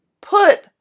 put